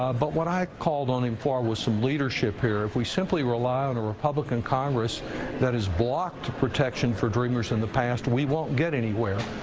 but what i called on him for is some leadership here. if we simply rely on republican congress that has blocked protection for dreamers in the past, we won't get anywhere.